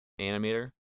animator